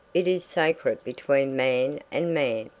it is sacred between man and man.